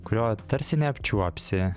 kurio tarsi ne apčiuopsi